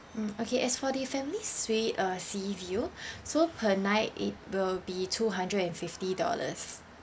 mm okay as for the family suite uh sea view so per night it will be two hundred and fifty dollars